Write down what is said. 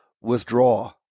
withdraw